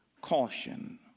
caution